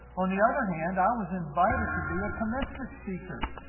on the other hand, i was invited to be a commencement speaker.